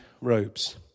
robes